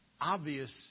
obvious